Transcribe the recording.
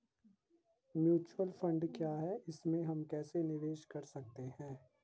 Mutual fund क्या है इसमें हम कैसे निवेश कर सकते हैं?